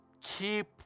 keep